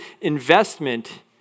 investment